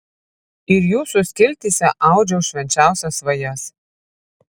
ir jūsų skiltyse audžiau švenčiausias svajas